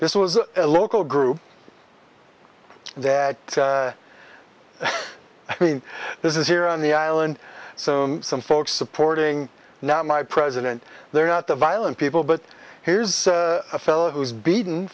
this was a local group that i mean this is here on the island so some folks supporting now my president they're not the violent people but here's a fellow who was beaten